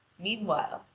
meanwhile,